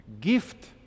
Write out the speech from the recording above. Gift